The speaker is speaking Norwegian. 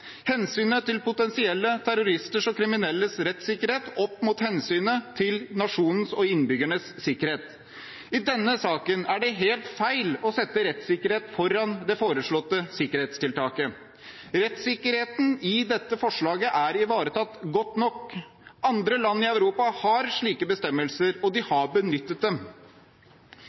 hensynet til potensielle terroristers og kriminelles rettssikkerhet opp mot hensynet til nasjonens og innbyggernes sikkerhet. I denne saken er det helt feil å sette rettssikkerhet foran det foreslåtte sikkerhetstiltaket. Rettssikkerheten i dette forslaget er ivaretatt godt nok. Andre land i Europa har slike bestemmelser, og de har benyttet dem.